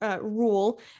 Rule